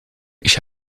ich